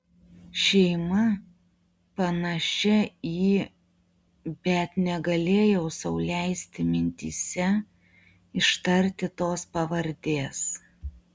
šeima panašia į bet negalėjau sau leisti mintyse ištarti tos pavardės